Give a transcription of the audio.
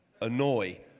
annoy